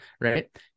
right